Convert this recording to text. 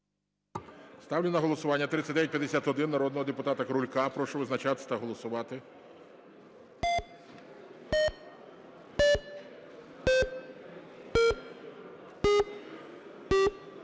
Ставлю на голосування 3951 народного депутата Крулька. Прошу визначатися та голосувати. 23:56:38